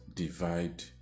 divide